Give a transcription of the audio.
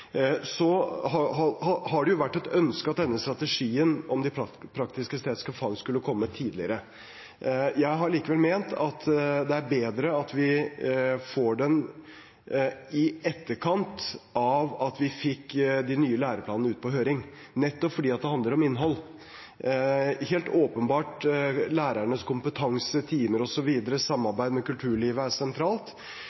Det har vært et ønske om at strategien om de praktiske og estetiske fagene skulle komme tidligere. Jeg har likevel ment det er bedre at vi får den i etterkant av at vi fikk de nye læreplanene ut på høring, nettopp fordi det handler om innhold. Helt åpenbart er lærernes kompetanse, timer,